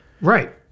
Right